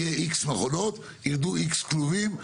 יהיה X מכונות, יידעו X כלובים.